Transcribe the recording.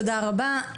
תודה רבה,